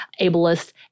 ableist